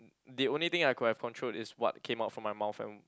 the only thing I could have controlled is what came out from my mouth and